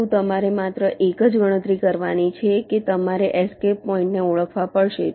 પરંતુ તમારે માત્ર એક જ ગણતરી કરવાની છે કે તમારે એસ્કેપ પોઈન્ટને ઓળખવા પડશે